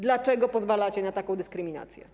Dlaczego pozwalacie na taką dyskryminację?